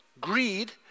greed